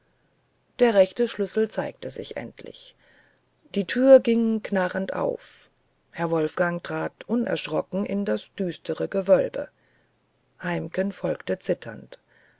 der rechte schlüssel zeigte sich endlich die tür ging knarrend auf herr wolfgang trat unerschrocken in das düstere gewölbe heimken folgte zitternd